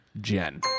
Jen